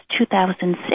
2006